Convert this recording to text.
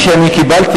מה שקיבלתי,